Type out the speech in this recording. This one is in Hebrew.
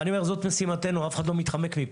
אני אומר: זאת משימתנו, ואף אחד לא מתחמק פה.